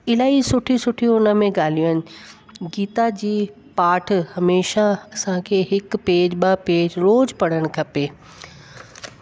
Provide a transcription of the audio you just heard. इलाही सुठी सुठियूं हुन में ॻाल्हियूं आहिनि गीता जी पाठ हमेशह असांखे हिकु पेज ॿ पेज रोज़ु पढ़णु खपे